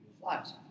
flies